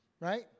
right